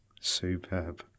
Superb